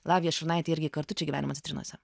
lavija šurnaitė irgi kartu čia gyvenimo citrinose